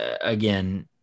again